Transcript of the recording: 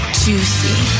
juicy